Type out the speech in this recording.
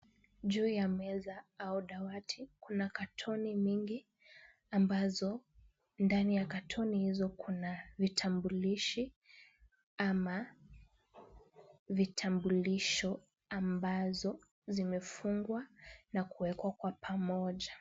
Juu ya meza au dawati kuna katoni mingi ambazo ndani ya katoni hizo kuna vitambulishi ama vitambulisho ambazo zimefungwa na kuwekwa kwa pamoja.